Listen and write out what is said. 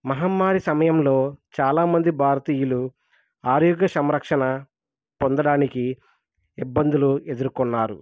మహమ్మారి సమయంలో చాలామంది భారతీయులు ఆరోగ్య సంరక్షణ పొందడానికి ఇబ్బందులు ఎదుర్కొన్నారు